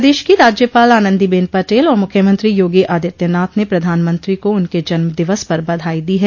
पदेश की राज्यपाल आनंदी बेन पटेल और मुख्यमंत्री योगी आदित्यनाथ ने प्रधानमंत्री को उनके जन्मदिवस पर बधाई दी है